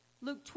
luke